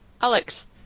Alex